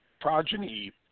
progeny